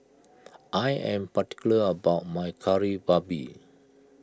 I am particular about my Kari Babi